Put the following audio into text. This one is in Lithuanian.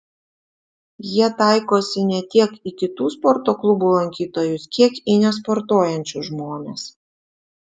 jie taikosi ne tiek į kitų sporto klubų lankytojus kiek į nesportuojančius žmones